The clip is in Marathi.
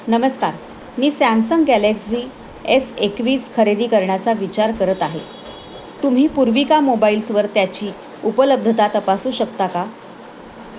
नमस्कार मी सॅमसंग गॅलेक्झी एस एकवीस खरेदी करण्याचा विचार करत आहे तुम्ही पूर्विका मोबाईल्सवर त्याची उपलब्धता तपासू शकता का